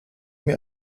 mir